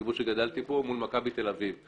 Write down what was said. הקיבוץ שגדלתי בו, מול מכבי תל אביב.